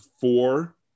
four